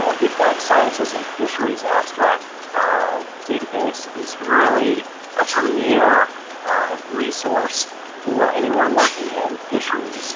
ah the aquatic sciences and fisheries abstract database is really a premier resource for anyone working in fisheries